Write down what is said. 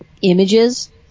images